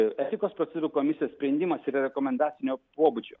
etikos procedūrų komisijos sprendimas yra rekomendacinio pobūdžio